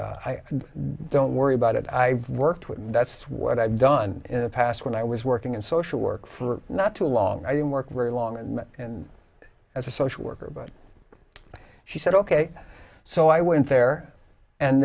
said don't worry about it i worked with that's what i've done in the past when i was working in social work for not too long i didn't work very long and as a social worker but she said ok so i went there and